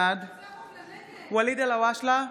בעד ואליד אלהואשלה,